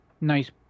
nice